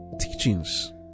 teachings